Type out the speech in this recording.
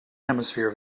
hemisphere